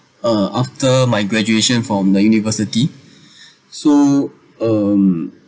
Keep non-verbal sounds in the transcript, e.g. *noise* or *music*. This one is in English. uh after my graduation from the university *breath* so um